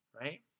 right